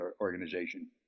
organization